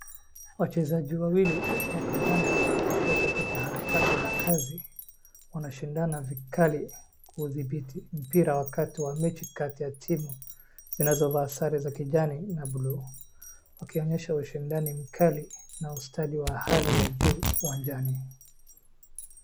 Wachezaji wawili wakandanda wakiwa katika harakati za kazi. Wanashindana vikali kuudhibiti mpira wakati wa mechi kati ya timu zinazo vaa sare za kijani na bluu. wakionyesha ushindani mkali na ustadi wa hali ya juu uwanjani.